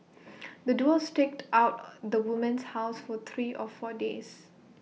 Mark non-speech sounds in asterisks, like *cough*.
*noise* the duo staked out *hesitation* the woman's house for three or four days